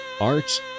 Arts